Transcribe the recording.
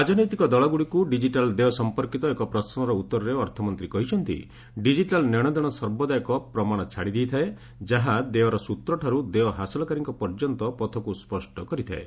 ରାଜନୈତିକ ଦଳଗୁଡ଼ିକୁ ଡିକିଟାଲ୍ ଦେୟ ସମ୍ପର୍କିତ ଏକ ପ୍ରଶ୍ନର ଉତ୍ତରରେ ଅର୍ଥମନ୍ତ୍ରୀ କହିଛନ୍ତି ଡିକିଟାଲ୍ ନେଶଦେଣ ସର୍ବଦା ଏକ ପ୍ରମାଣ ଛାଡ଼ିଦେଇଥାଏ ଯାହା ଦେୟର ସୃତ୍ରଠାରୁ ଦେୟ ହାସଲକାରୀଙ୍କ ପର୍ଯ୍ୟନ୍ତ ପଥକୁ ସ୍ୱଷ୍ଟ କରିଥାଏ